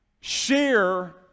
share